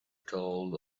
told